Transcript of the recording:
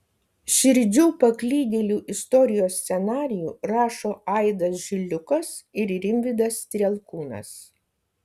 širdžių paklydėlių istorijos scenarijų rašo aidas žiliukas ir rimvydas strielkūnas